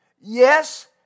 Yes